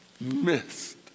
Missed